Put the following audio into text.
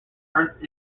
earth